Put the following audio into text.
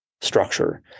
structure